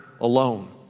alone